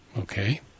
Okay